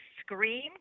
scream